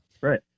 right